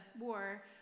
war